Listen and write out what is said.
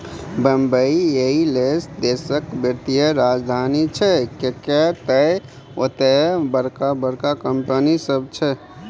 बंबई एहिलेल देशक वित्तीय राजधानी छै किएक तए ओतय बड़का बड़का कंपनी सब छै